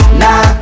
nah